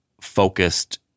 focused